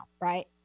right